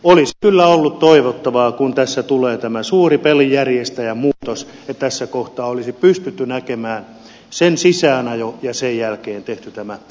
olisi kyllä ollut toivottavaa kun tässä tulee tämä suuri pelijärjestäjämuutos että tässä kohtaa olisi pystytty näkemään sen sisäänajo ja sen jälkeen tehty tämä muutos